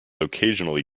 occasionally